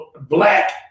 black